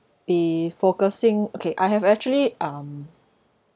be focusing okay I have actually um